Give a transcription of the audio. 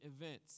events